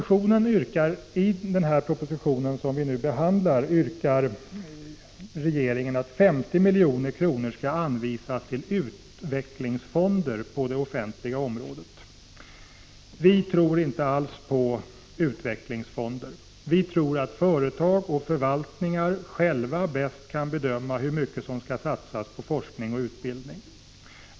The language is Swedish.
I den proposition som vi nu behandlar yrkar regeringen att 50 milj.kr. skall anvisas till utvecklingsfonder på det offentliga området. Vi tror inte alls på utvecklingsfonderna. Vi tror att företag och förvaltningar själva bäst kan bedöma hur mycket som skall satsas på forskning och utbildning.